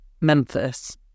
Memphis